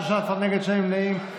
13 נגד, שני נמנעים.